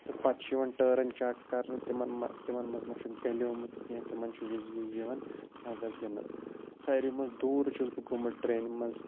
تہٕ پَتہٕ چھُ یِوان ٹٲرٕن چَک کَرنہٕ تِمَن مَہ تِمَن مَنٛز مَہ چھُ گلیومُت کیٚنٛہہ تِمَن چھُ وِزِ وِزِ یِوان نظر دِنہٕ ساروی منٛز دوٗر چھُس بہٕ گوٚمُت ٹرٛینہِ منٛز